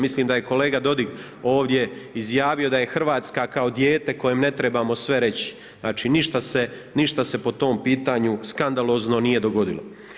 Mislim da je kolega Dodig ovdje izjavio da je Hrvatska kao dijete kojem ne trebamo sve reći, znači ništa se po tom pitanju skandalozno nije dogodilo.